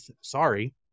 Sorry